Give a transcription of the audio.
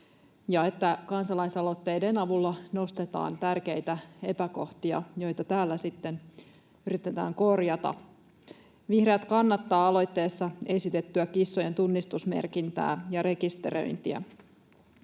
ja että kansalaisaloitteiden avulla nostetaan tärkeitä epäkohtia, joita täällä sitten yritetään korjata. Vihreät kannattavat aloitteessa esitettyä kissojen tunnistusmerkintää ja rekisteröintiä.